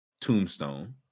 Tombstone